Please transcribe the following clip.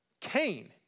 Cain